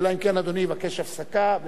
אלא אם כן אדוני יבקש הפסקה.